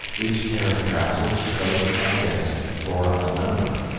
each pair of trousers, coat, and vest bore a number,